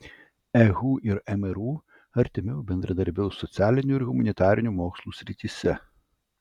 ehu ir mru artimiau bendradarbiaus socialinių ir humanitarinių mokslų srityse